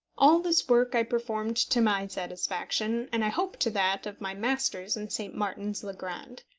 all this work i performed to my satisfaction, and i hope to that of my masters in st. martin's le grand.